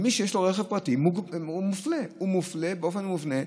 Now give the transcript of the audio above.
מי שאין לו רכב פרטי מופלה באופן מובנה.